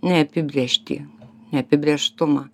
neapibrėžtį neapibrėžtumą